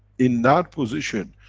in that position,